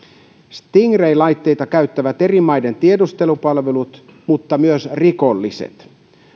stingray laitteita käyttävät eri maiden tiedustelupalvelut mutta myös rikolliset